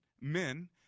men